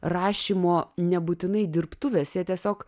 rašymo nebūtinai dirbtuves jie tiesiog